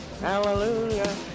Hallelujah